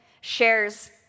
shares